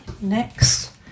next